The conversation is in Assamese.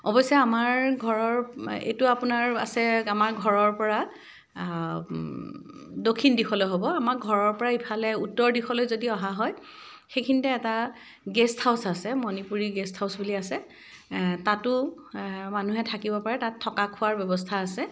অৱশ্যে আমাৰ ঘৰৰ এইটো আপোনাৰ আছে আমাৰ ঘৰৰ পৰা দক্ষিণ দিশলৈ হ'ব আমাৰ ঘৰৰ পৰা ইফালে উত্তৰ দিশলৈ যদি অহা হয় সেইখিনিতে এটা গেষ্ট হাউছ আছে মণিপুৰি গেষ্ট হাউছ বুলি আছে তাতো মানুহে থাকিব পাৰে তাত থকা খোৱাৰ ব্যৱস্থা আছে